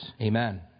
Amen